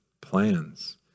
plans